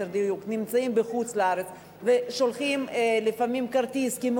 נמצאים בחוץ-לארץ ושולחים לפעמים כרטיס כי הם